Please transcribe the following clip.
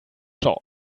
george